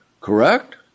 Correct